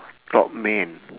topman